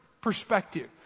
perspective